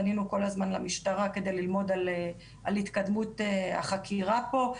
פנינו כל הזמן למשטרה כדי ללמוד על התקדמות החקירה פה.